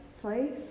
place